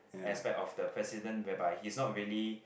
aspect of the President whereby he's not really